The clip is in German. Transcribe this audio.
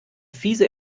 fiese